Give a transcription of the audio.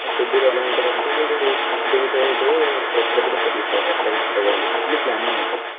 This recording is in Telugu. ఆ షెడ్యూల్ ఎలా ఉంటుంది అంటే మీరు డే బై డే ఎక్కడ ఎక్కడ తిరుగుతారు ఎక్కడ ఎక్కడ తిరగాలి అన్ని ప్లానింగ్ ఉంటుంది దాంట్లో